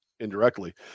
Indirectly